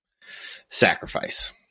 sacrifice